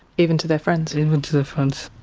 even to their friends? even to their friends.